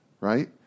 right